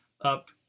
up